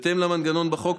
בהתאם למנגנון בחוק,